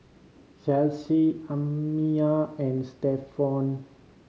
Chelsi Amiyah and Stephon